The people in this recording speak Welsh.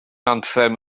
anthem